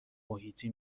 محیطی